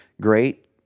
great